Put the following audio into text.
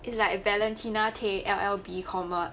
it's like valentina they L L B comer